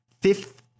fifth